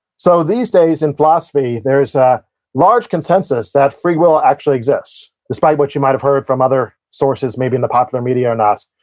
so, these days, in philosophy, there's a large consensus that free will actually exists, despite what you might have heard from other sources, maybe in the popular media or not.